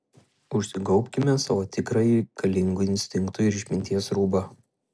užsigaubkime savo tikrąjį galingų instinktų ir išminties rūbą